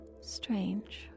strange